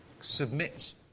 Submit